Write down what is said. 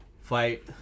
fight